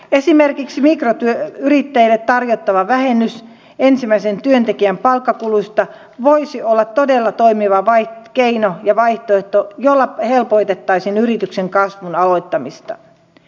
esimerkiksi mikroyrittäjille tarjottava vähennys ensimmäisen työntekijän palkkakuluista voisi olla todella toimiva keino ja vaihtoehto jolla helpotettaisiin yrityksen kasvun aloittamista